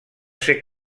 ser